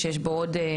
שיש בו מגוון,